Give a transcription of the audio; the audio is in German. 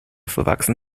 verwachsen